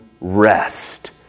rest